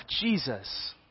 Jesus